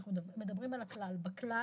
אנחנו מדברים על הכלל ובכלל